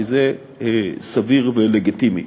כי זה סביר ולגיטימי.